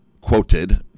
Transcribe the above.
quoted